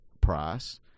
price